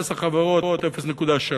מס החברות, 0.3?